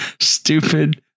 stupid